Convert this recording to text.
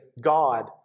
God